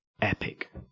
epic